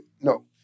no